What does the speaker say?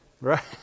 Right